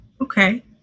okay